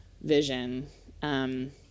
vision